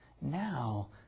Now